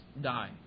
die